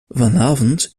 vanavond